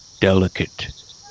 delicate